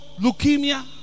leukemia